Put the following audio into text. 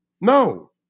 No